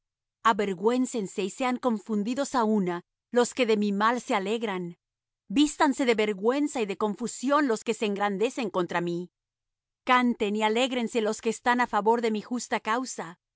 avergüencense y sean confundidos á una los que de mi mal se alegran vístanse de vergüenza y de confusión los que se engrandecen contra mí canten y alégrense los que están á favor de mi justa causa